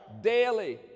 daily